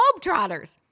Globetrotters